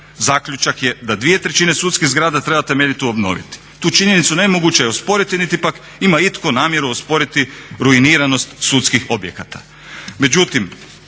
Zaključak je da 2/3 sudskih zgrada treba temeljito obnoviti. Tu činjenicu nemoguće je osporiti niti pak ima itko namjeru osporiti ruiniranost sudskih objekata.